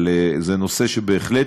אבל זה נושא שבהחלט,